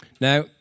Now